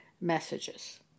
messages